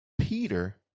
Peter